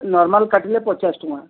normal କାଟିଲେ ପଚାଶ ଟଙ୍କା